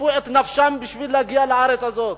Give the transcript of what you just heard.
חירפו את נפשם בשביל להגיע לארץ הזאת.